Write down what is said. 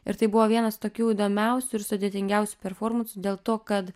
ir tai buvo vienas tokių įdomiausių ir sudėtingiausių performansų dėl to kad